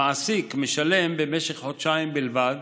המעסיק משלם במשך חודשיים בלבד